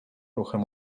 ruchem